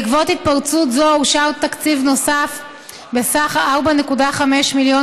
בעקבות התפרצות זו אושר תקציב נוסף בסך 4.5 מיליון